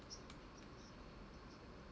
so